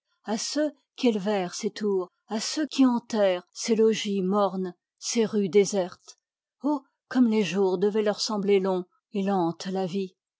à ceux qui élevèrent ces tours à ceux qui hantèrent ces logis mornes ces rues désertes oh comme les jours devaient leur sembler longs et lente la vie